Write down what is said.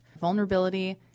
vulnerability